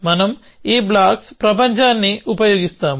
మనం ఈ బ్లాక్స్ ప్రపంచాన్ని ఉపయోగిస్తాము